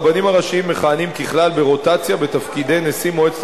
הרבנים הראשיים מכהנים ככלל ברוטציה בתפקידי נשיא מועצת